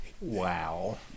Wow